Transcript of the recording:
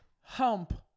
hump